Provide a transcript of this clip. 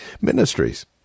Ministries